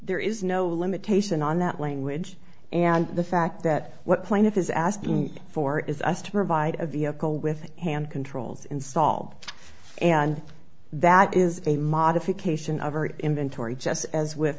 there is no limitation on that language and the fact that what plaintiff is asking for is us to provide a vehicle with hand controls install and that is a modification of our inventory just as with